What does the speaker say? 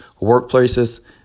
workplaces